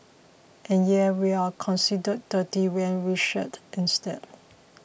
and yeah we're considered dirty when we shed instead